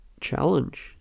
challenge